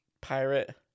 Pirate